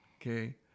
okay